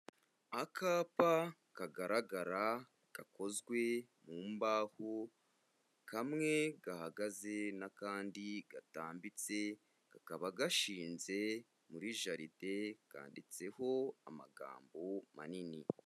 Akapa kagaragara gakozwe mu mbaho, kamwe gahagaze n'akandi gatambitse, kakaba gashinze muri jaride, kanditseho amagambo manini.